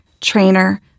trainer